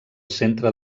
centre